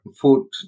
food